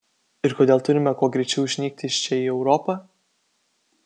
ir kodėl turime kuo greičiau išnykti iš čia į europą